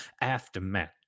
Aftermath